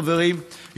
חברים,